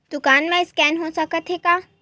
दुकान मा स्कैन हो सकत हे का?